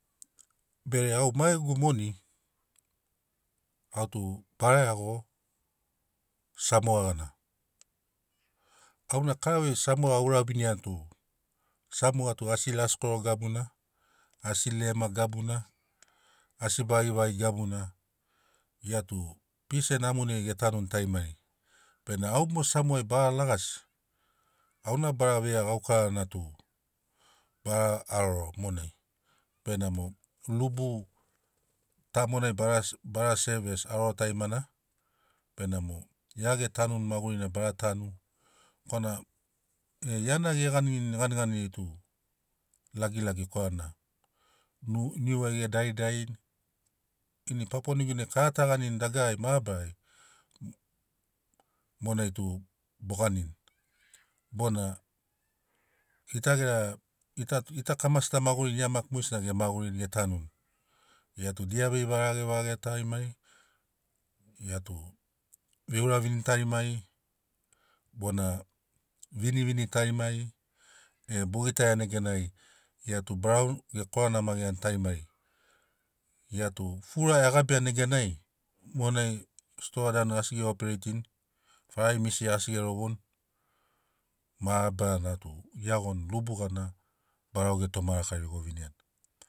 Bere au ma ḡegu moni, au tu bara iaḡo samoa ḡana. Au na karavei samoa auraviniani tu, samoa tu asi laskoro gabuna, asi lema gabuna, asi vaḡivaḡi gabuna. Gia tu pis en hamoniai ḡetanuni tarimari. Bena au mo samoai bara laḡasi, auna bara veia ḡaukarana tu bara haroro monai. Benamo rubu ta monai bara se- bara sev es haroro tarimana, benamo ḡia ḡetanu maḡuri nai bara tanu korana ḡia na ḡeḡanirini ḡaniḡaniri tu lagilagi korana nu- niuai ḡedaridarini. Ini papua niuginiai kara taḡanini dagarari mabarari monai tu boḡanin bona ḡita ḡera ḡita tu- ḡita kamasi ta maḡurini ḡia maki moḡesina ḡemaḡurini ḡetanuni, ḡia tu dia vei- varaḡe varaḡe tarimari, ḡia tu viuravini tarimari bona vinivini tarimari e boḡitaiani neganai ḡia tu barau gekoranamaḡiani tarimari ḡia tu fura eḡabiani neganai monai stoa danu asi ḡeopereitini, faraimisi asi ḡerovoni, mabarana tu ḡeiaḡoni rubu ḡana barau ḡetomarakariḡo viniani